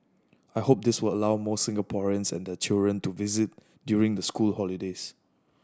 I hope this will allow more Singaporeans and their children to visit during the school holidays